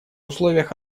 условиях